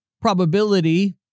Probability